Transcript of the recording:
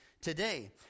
today